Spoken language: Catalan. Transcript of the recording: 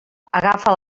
agafa